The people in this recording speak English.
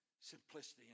simplicity